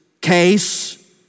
case